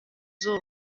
izuba